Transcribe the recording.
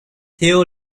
théo